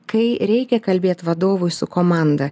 kai reikia kalbėt vadovui su komanda